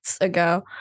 ago